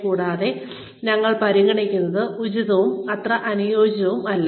കൂടാതെ ഞങ്ങൾ പരിഗണിക്കുന്നത് ഉചിതവും അത്ര അനുയോജ്യവുമല്ല